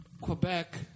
Quebec